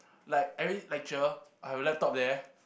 like every lecture I'll have a laptop there